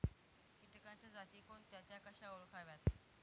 किटकांच्या जाती कोणत्या? त्या कशा ओळखाव्यात?